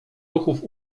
ruchów